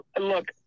look